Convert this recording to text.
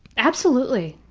absolutely.